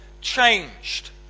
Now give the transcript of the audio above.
changed